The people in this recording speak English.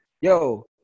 yo